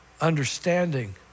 understanding